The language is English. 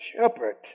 shepherd